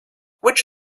which